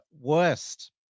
worst